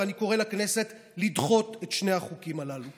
ואני קורא לכנסת לדחות את שני החוקים הללו.